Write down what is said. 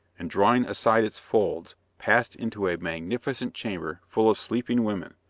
and, drawing aside its folds, passed into a magnificent chamber full of sleeping women,